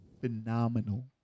phenomenal